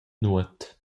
nuot